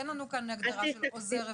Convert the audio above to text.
אין לנו כאן הגדרה של עוזר רפואה.